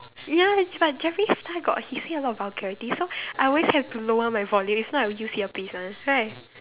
ya but Jeffrey Star got he say a lot of vulgarities so I always have to lower my volume if not I'll use earpiece one right